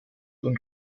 und